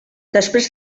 després